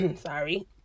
sorry